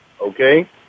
okay